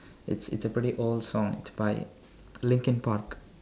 it's it's a pretty old song it's by Linkin-Park